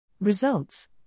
Results